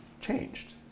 changed